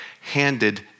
handed